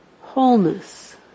wholeness